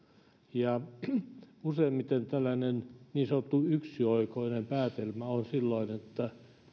useimmiten tällainen niin sanottu yksioikoinen päätelmä on että